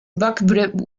buck